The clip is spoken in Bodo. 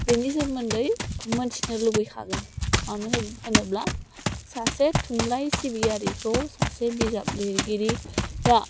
बिनि सोमोन्दै मिथिनो लुबैखागोन मानोहोनोब्ला सासे थुनलाइ सिबियारिखौ सासे बिजाब लिरगिरिया